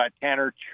Tanner